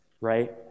Right